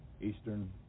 Eastern